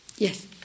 Yes